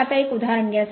तर आता एक उदाहरण घ्या